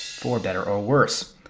for better or worse.